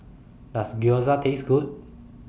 Does Gyoza Taste Good